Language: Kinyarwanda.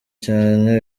cyane